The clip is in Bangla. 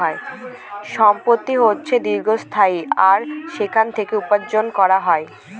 সম্পত্তি হচ্ছে দীর্ঘস্থায়ী আর সেখান থেকে উপার্জন করা যায়